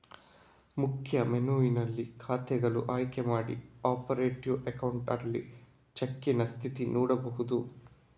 ಮುಖ್ಯ ಮೆನುವಿನಲ್ಲಿ ಖಾತೆಗಳು ಆಯ್ಕೆ ಮಾಡಿ ಆಪರೇಟಿವ್ ಅಕೌಂಟ್ಸ್ ಅಲ್ಲಿ ಚೆಕ್ಕಿನ ಸ್ಥಿತಿ ನೋಡ್ಬಹುದು